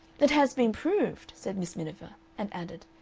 it has been proved, said miss miniver, and added,